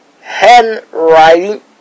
handwriting